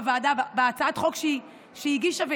בהצעת החוק שהיא הגישה,